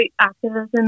activism